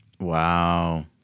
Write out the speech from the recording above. Wow